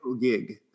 gig